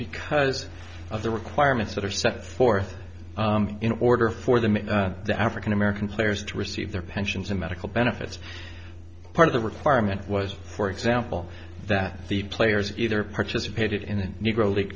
because of the requirements that are set forth in order for them to african american players to receive their pensions and medical benefits part of the requirement was for example that the players either participated in negro league